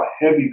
heavy